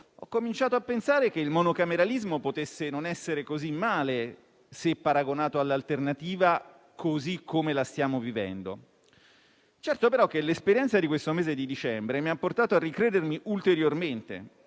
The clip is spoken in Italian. ho cominciato a pensare che il monocameralismo potesse non essere così male, se paragonato all'alternativa, così come la stiamo vivendo. Certo è, però, che l'esperienza di questo mese di dicembre mi ha portato a ricredermi ulteriormente.